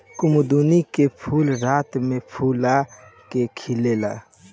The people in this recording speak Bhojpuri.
कुमुदिनी के फूल रात में फूला के खिलेला